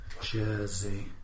jersey